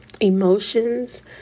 Emotions